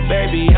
Baby